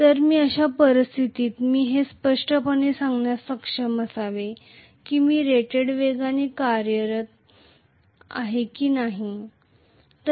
तर मी अशा परिस्थितीत मी हे स्पष्टपणे सांगण्यास सक्षम असावे की मी रेटेड वेगाने कार्यरत आहे की नाही